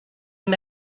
him